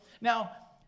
Now